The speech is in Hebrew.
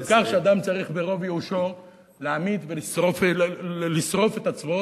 לבין כך שאדם צריך ברוב ייאושו לשרוף את עצמו